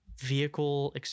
vehicle